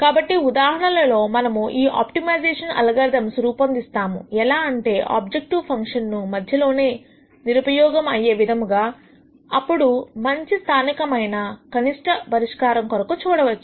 కొన్ని ఉదాహరణలలో మనము ఈ ఆప్టిమైజేషన్ అల్గోరిథమ్స్ రూపొందిస్తాము ఎలా అంటే ఆబ్జెక్టివ్ ఫంక్షన్ను మధ్యలోనే నిరుపయోగము అయ్యే విధముగా అప్పుడు మంచి స్థానికమైన కనిష్ట పరిష్కారం కొరకు చూడవచ్చు